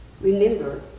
remember